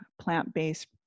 plant-based